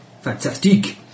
fantastic